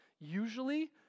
usually